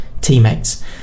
teammates